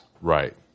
Right